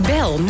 Bel